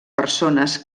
persones